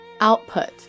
Output